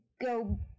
go